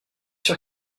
sûr